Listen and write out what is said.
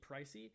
pricey